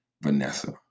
Vanessa